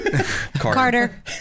carter